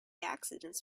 accidents